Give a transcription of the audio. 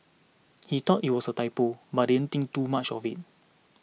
he thought it was a typo but it think too much of it